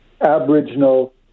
Aboriginal